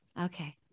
Okay